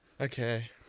Okay